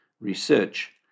research